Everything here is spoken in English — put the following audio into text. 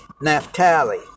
Naphtali